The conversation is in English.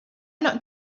not